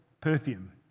perfume